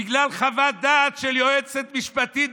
בגלל חוות דעת של יועצת משפטית,